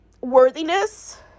worthiness